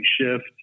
shift